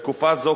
בתקופה זו,